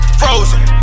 frozen